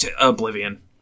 Oblivion